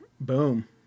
boom